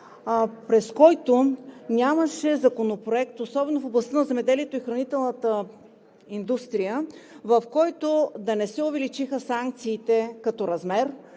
през който нямаше законопроект, особено в областта на земеделието и хранителната индустрия, в който да не се увеличиха санкциите като размер,